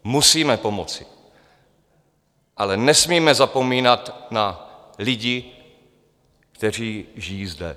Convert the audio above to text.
Musíme pomoci, ale nesmíme zapomínat na lidi, kteří žijí zde.